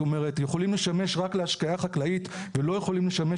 יכולים לשמש רק להשקיה חקלאית ולא יכולים לשמש